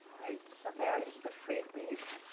right, so there is the frayed leaf.